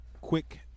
quick